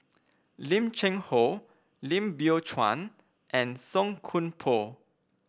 Lim Cheng Hoe Lim Biow Chuan and Song Koon Poh